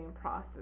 process